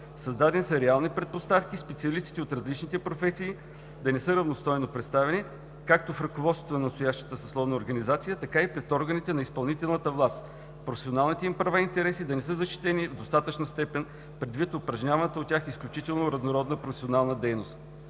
Създадени са реални предпоставки специалистите от различните професии да не са равностойно представени както в ръководството на настоящата съсловна организация, така и пред органите на изпълнителната власт, професионалните им права и интереси да не са защитени в достатъчна степен, предвид упражняваната от тях изключително разнородна професионална дейност.